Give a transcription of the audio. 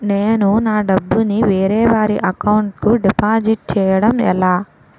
నేను నా డబ్బు ని వేరే వారి అకౌంట్ కు డిపాజిట్చే యడం ఎలా?